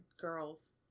girls